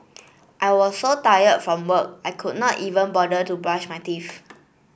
I was so tired from work I could not even bother to brush my teeth